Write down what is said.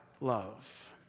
love